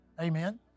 Amen